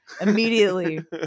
immediately